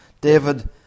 David